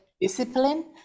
Discipline